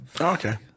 Okay